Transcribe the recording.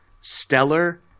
stellar